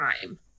time